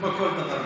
כמו כל דבר.